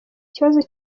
ikibazo